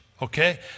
Okay